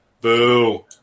boo